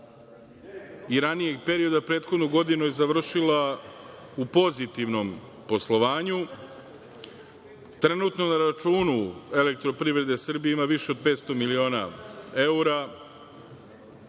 i ranijih perioda prethodnu godinu je završila u pozitivnom poslovanju. Trenutno na računu „Elektroprivrede Srbije“ ima više od 500 miliona eura,